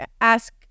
ask